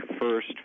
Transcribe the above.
first